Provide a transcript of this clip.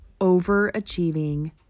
overachieving